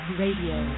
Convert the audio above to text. radio